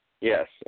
Yes